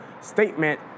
statement